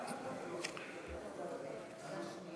סעיפים 3 6